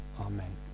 Amen